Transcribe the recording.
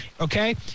okay